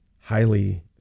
highly